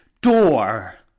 door